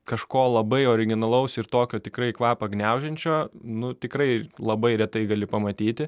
kažko labai originalaus ir tokio tikrai kvapą gniaužiančio nu tikrai labai retai gali pamatyti